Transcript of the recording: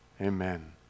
Amen